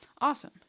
Awesome